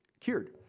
cured